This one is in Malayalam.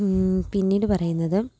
പിന്നീട് പറയുന്നത്